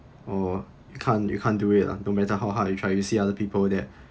or you can't you can't do it lah no matter how hard you try to see other people there